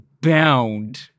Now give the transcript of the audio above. bound